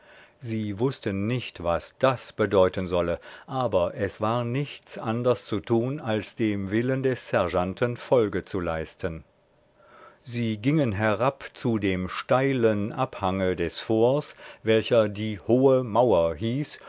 sie wußten nicht was das bedeuten solle aber es war nichts anders zu tun als dem willen des sergeanten folge zu leisten sie gingen herab zu dem steilen abhange des forts welcher die hohe mauer hieß